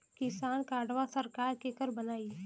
किसान कार्डवा सरकार केकर बनाई?